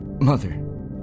Mother